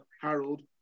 Harold